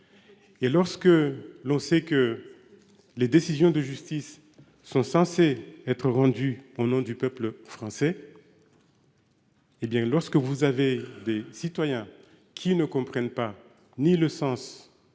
Et lorsque l'on sait que. Les décisions de justice sont censés être rendue au nom du peuple français. Eh bien lorsque vous avez des citoyens qui ne comprennent pas, ni le sens.